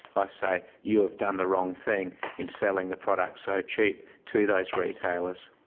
i say you have done the wrong thing in selling the product so cheap to those retailers.